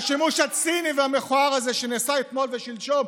השימוש הציני והמכוער הזה שנעשה אתמול ושלשום,